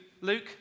Luke